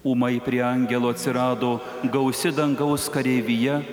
ūmai prie angelo atsirado gausi dangaus kareivija